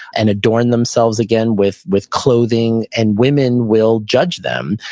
and adorn themselves again with with clothing. and women will judge them,